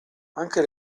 anche